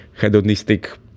hedonistic